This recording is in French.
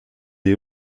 des